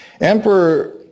Emperor